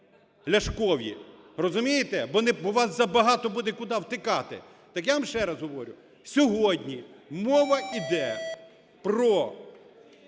ляшкові, розумієте? Бо вас забагато буде, куди втикати. Так я вам ще раз говорю. Сьогодні мова іде про